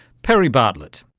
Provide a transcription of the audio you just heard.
perry bartlett.